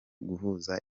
guhuza